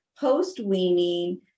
post-weaning